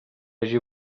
hagi